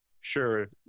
sure